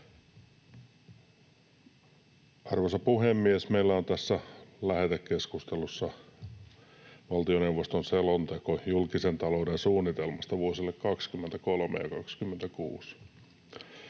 Arvoisa puhemies! Meillä on tässä lähetekeskustelussa valtioneuvoston selonteko julkisen talouden suunnitelmasta vuosille 23—26.